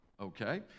okay